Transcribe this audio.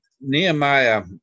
Nehemiah